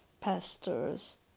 pastors